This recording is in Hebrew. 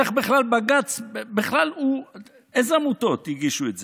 איך בכלל בג"ץ, אילו עמותות הגישו את זה?